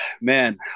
man